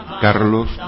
Carlos